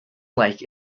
lake